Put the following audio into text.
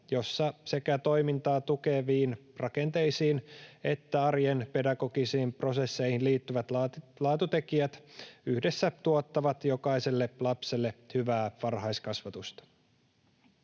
jossa sekä toimintaa tukeviin rakenteisiin että arjen pedagogisiin prosesseihin liittyvät laatutekijät yhdessä tuottavat jokaiselle lapselle hyvää varhaiskasvatusta.